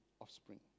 offspring